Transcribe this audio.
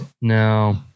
No